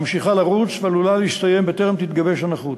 ממשיכה לרוץ, ועלולה להסתיים בטרם תתגבש הנכות.